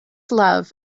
love